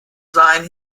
sein